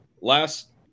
last